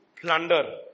plunder